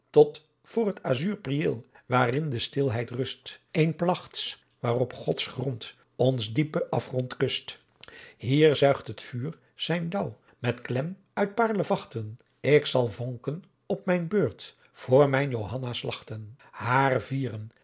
tot voor t azuur priëel waarin de stilheit rust een plagts waarop gods grond ons diepen asgrond kust hier zuigt het vuur zijn dauw met klem uit paerlevagten k zal vonken op mijn beurt voor mijn johanna slagten haar vieren